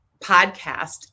podcast